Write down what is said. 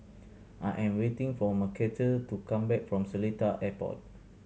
I am waiting for Mcarthur to come back from Seletar Airport